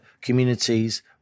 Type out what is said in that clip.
communities